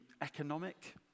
economic